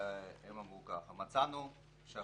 והם אמרו כך: "מצאנו שאחריות